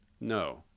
No